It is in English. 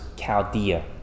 Chaldea